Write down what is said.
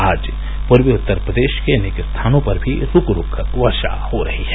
आज पूर्वी उत्तर प्रदेश के अनेक स्थानों पर भी रूक रूक कर वर्षा हो रही है